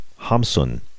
Hamsun